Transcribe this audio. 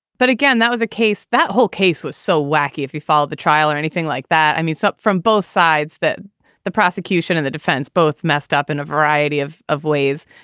but again, that was a case. that whole case was so wacky if he followed the trial or anything like that. i mean, sup from both sides that the prosecution and the defense both messed up in a variety of of ways.